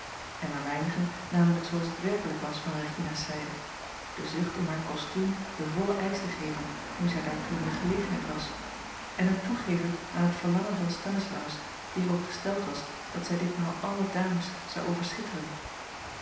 en maar weinigen namen het zooals het werkelijk was van regina's zijde de zucht om haar kostuum den vollen eisch te geven nu zij daartoe in de gelegenheid was en een toegeven aan het verlangen van stanislaus die er op gesteld was dat zij ditmaal alle dames zou